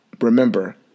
Remember